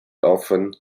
often